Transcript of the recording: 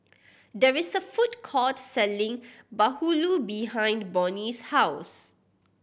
there is a food court selling bahulu behind Bonny's house